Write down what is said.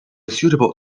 suitable